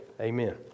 Amen